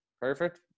Perfect